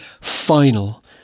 final